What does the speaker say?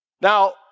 now